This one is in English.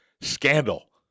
scandal